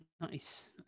nice